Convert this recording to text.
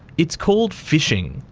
it's called phishing,